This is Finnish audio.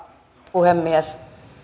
puhemies